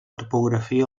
topografia